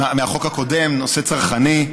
התשע"ז,